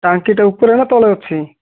ଟାଙ୍କିଟା ଉପରେ ନା ତଳେ ଅଛି